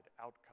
outcome